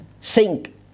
sink